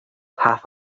half